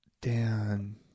Dan